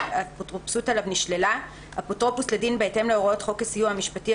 והאפוטרופסות עליו נשללה אפוטרופוס לדין בהתאם להוראות חוק הסיוע המשפטי,